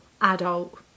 adult